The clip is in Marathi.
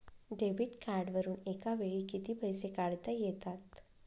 डेबिट कार्डवरुन एका वेळी किती पैसे काढता येतात?